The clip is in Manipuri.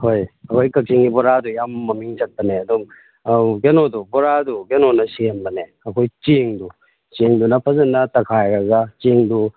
ꯍꯣꯏ ꯑꯩꯈꯣꯏ ꯀꯥꯛꯆꯤꯡꯒꯤ ꯕꯣꯔꯥꯗꯣ ꯌꯥꯝ ꯃꯃꯤꯡ ꯆꯠꯄꯅꯦ ꯑꯗꯨꯝ ꯀꯩꯅꯣꯗꯣ ꯕꯣꯔꯥꯗꯣ ꯀꯩꯅꯣꯅ ꯁꯦꯝꯕꯅꯦ ꯑꯩꯈꯣꯏ ꯆꯦꯡꯗꯣ ꯆꯦꯡꯗꯨꯅ ꯐꯖꯅ ꯇꯛꯈꯥꯏꯔꯒ ꯆꯦꯡꯗꯣ